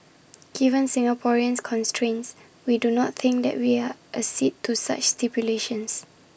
given Singapore's constraints we do not think that we are accede to such stipulations